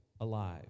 alive